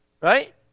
right